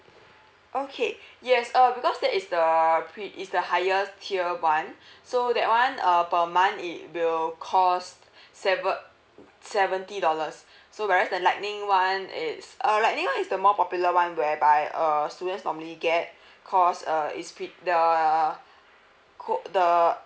okay yes uh because that is the err pre~ uh is the highest tier [one] so that one uh per month it will cost seve~ seventy dollars so whereas the lightning [one] it's uh lightning [one] is the more popular [one] whereby err students normally get cause uh is fit~ err co~ the